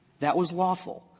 that was lawful.